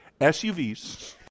SUVs